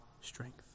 strength